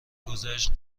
گذشت